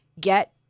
get